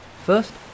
First